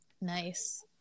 Nice